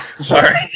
Sorry